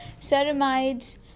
ceramides